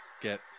get